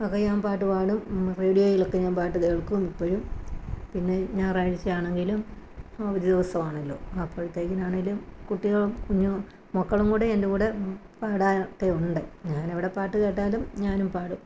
ഒക്കെ ഞാൻ പാട്ട് പാടും റേഡിയോയിലൊക്കെ ഞാൻ പാട്ട് കേൾക്കും ഇപ്പോഴും പിന്നെ ഞായറാഴ്ച്ച ആണെങ്കിലും അവധി ദിവസം ആണല്ലോ അപ്പോഴത്തേക്കിന് ആണെങ്കിലും കുട്ടികളും കുഞ്ഞ് മക്കളും കൂടെ എൻ്റെ കൂടെ പാടാൻ ഒക്കെ ഉണ്ട് ഞാൻ എവിടെ പാട്ട് കേട്ടാലും ഞാനും പാടും